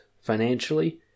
financially